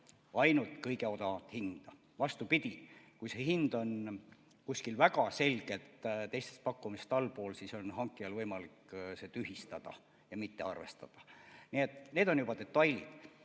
ainult kõige odavamat hinda. Vastupidi, kui see hind on väga selgelt teistest pakkumustest allpool, siis on hankijal võimalik see tühistada ja seda mitte arvestada. Nii et need on juba detailid. Igal